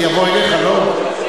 זה יבוא אליך, לא?